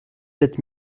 sept